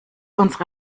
unsere